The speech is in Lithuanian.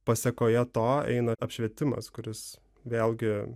pasekoje to eina apšvietimas kuris vėlgi